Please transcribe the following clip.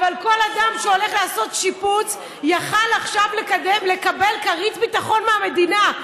אבל כל אדם שהולך לעשות שיפוץ יכול היה עכשיו לקבל כרית ביטחון מהמדינה,